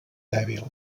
dèbil